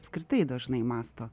apskritai dažnai mąsto